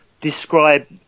describe